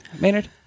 Maynard